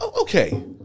okay